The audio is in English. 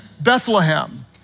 Bethlehem